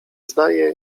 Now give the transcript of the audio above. zdaje